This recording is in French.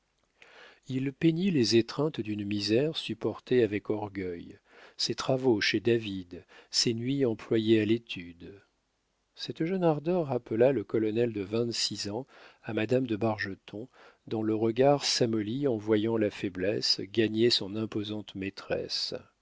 il peignit les étreintes d'une misère supportée avec orgueil ses travaux chez david ses nuits employées à l'étude cette jeune ardeur rappela le colonel de vingt-six ans à madame de bargeton dont le regard s'amollit en voyant la faiblesse gagner son imposante maîtresse